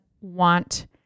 want